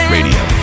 Radio